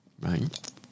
right